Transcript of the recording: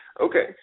okay